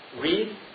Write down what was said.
read